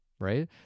right